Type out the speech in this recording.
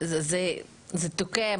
זה תוקע,